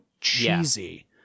cheesy